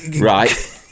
right